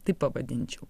taip pavadinčiau